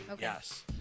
Yes